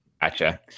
gotcha